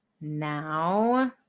now